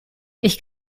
ich